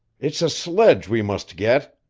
it's a sledge we must get,